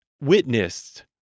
witnessed